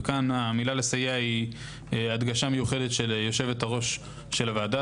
וכאן המילה לסייע היא הדגשה מיוחדת של יושבת-הראש של הוועדה,